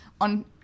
on